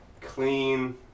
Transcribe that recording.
clean